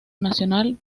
nacional